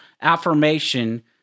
affirmation